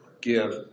give